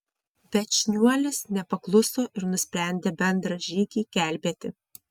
bet šniuolis nepakluso ir nusprendė bendražygį gelbėti